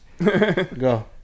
Go